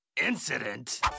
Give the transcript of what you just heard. incident